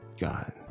god